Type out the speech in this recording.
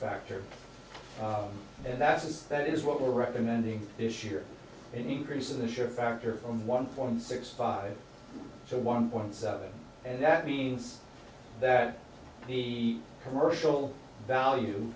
factor and that is that is what we're recommending this year an increase of the share factor from one point six five to one point seven and that means that the commercial value